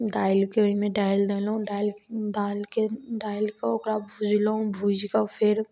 दालिके ओइमे डालि देलहुँ डालिकऽ दालिके डालिकऽ ओकरा भुजलहुँ भुजिकऽ फेर